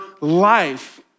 life